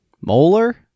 Molar